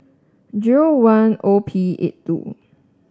zero one O P eight two